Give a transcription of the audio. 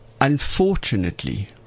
Unfortunately